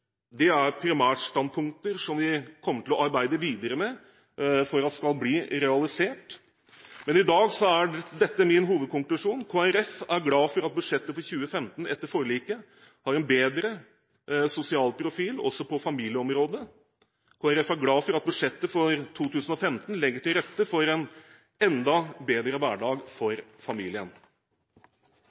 Det er primærstandpunkter som vi kommer til å arbeide videre med for at skal bli realisert, men i dag er dette min hovedkonklusjon: Kristelig Folkeparti er glad for at budsjettet for 2015 etter forliket har en bedre sosial profil, også på familieområdet. Kristelig Folkeparti er glad for at budsjettet for 2015 legger til rette for en enda bedre hverdag for familien.